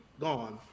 gone